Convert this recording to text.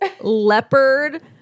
leopard